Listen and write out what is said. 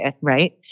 Right